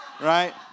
Right